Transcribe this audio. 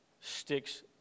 sticks